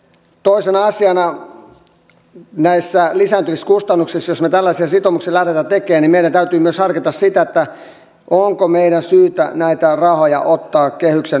toisena asiana näissä lisääntyvissä kustannuksissa jos me tällaisia sitoumuksia lähdemme tekemään meidän täytyy myös harkita sitä onko meidän syytä näitä rahoja ottaa kehyksen ulkopuolelta